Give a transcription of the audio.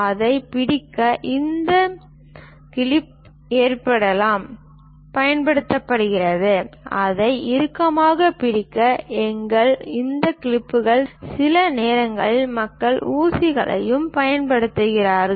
அதைப் பிடிக்க இந்த கிளிப் ஏற்பாட்டைப் பயன்படுத்துகிறோம் அதை இறுக்கமாகப் பிடிக்க எங்களுக்கு இந்த கிளிப்புகள் தேவை சில நேரங்களில் மக்கள் ஊசிகளையும் பயன்படுத்துகிறார்கள்